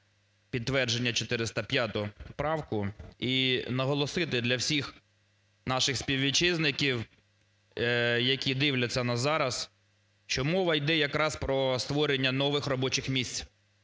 підтвердження 405 правку. І наголосити для всіх наших співвітчизників, які дивляться нас зараз, що мова іде якраз про створення нових робочих місць